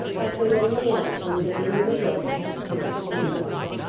i could only answer with a gloomy look of mysterious import,